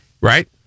right